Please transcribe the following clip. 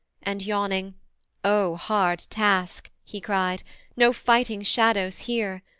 and yawning o hard task he cried no fighting shadows here!